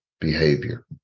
behavior